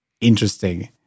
Interesting